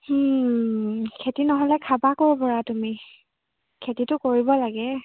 খেতি নহ'লে খাবা কৰপৰা তুমি খেতিটো কৰিব লাগে